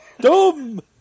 dumb